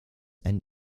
and